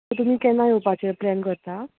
तुमी केन्ना येवपाचे प्लॅन करता